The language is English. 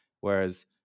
Whereas